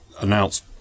announce